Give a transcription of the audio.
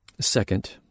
Second